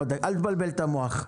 אל תבלבל את המוח.